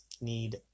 need